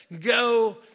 go